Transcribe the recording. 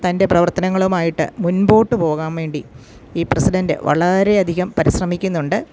തൻ്റെ പ്രവർത്തനങ്ങളുമായിട്ട് മുൻപോട്ട് പോകാൻവേണ്ടി ഈ പ്രസിഡൻ്റ് വളരെയധികം പരിശ്രമിക്കുന്നുണ്ട്